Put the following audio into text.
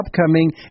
upcoming